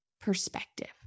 perspective